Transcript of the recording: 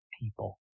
people